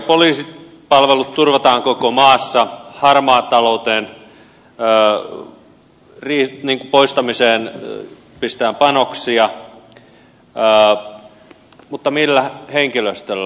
poliisipalvelut turvataan koko maassa härmä talouteen päälle riisi niinku harmaan talouden poistamiseen pistetään panoksia mutta millä henkilöstöllä